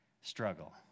struggle